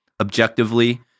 objectively